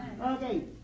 Okay